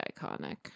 iconic